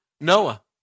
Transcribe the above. Noah